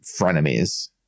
frenemies